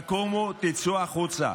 תקומו וצאו החוצה,